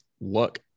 look